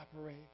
operate